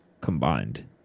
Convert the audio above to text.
combined